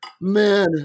Man